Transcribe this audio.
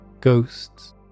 Ghosts